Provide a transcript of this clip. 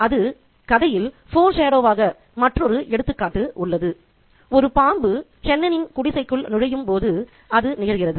இந்த கதையில் foreshadow வாக மற்றொரு எடுத்துக்காட்டு உள்ளது ஒரு பாம்பு சென்னனின் குடிசைக்குள் நுழையும் போது அது நிகழ்கிறது